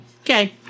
Okay